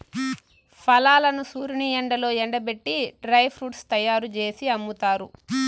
ఫలాలను సూర్యుని ఎండలో ఎండబెట్టి డ్రై ఫ్రూట్స్ తయ్యారు జేసి అమ్ముతారు